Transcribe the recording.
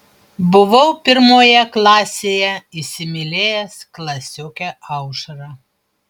buvau pirmoje klasėje įsimylėjęs klasiokę aušrą